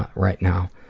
ah right now,